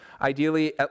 ideally